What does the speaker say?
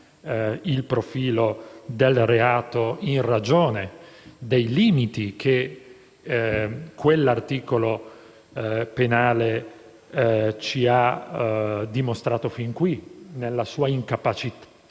il profilo del reato in ragione dei limiti che quell'articolo del codice penale ci ha dimostrato fin qui, della sua incapacità